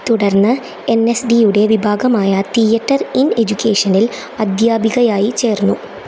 തുടർന്ന് N S ഡിയുടെ വിഭാഗമായ തിയേറ്റർ ഇൻ എജ്യുക്കേഷനിൽ അധ്യാപികയായി ചേർന്നു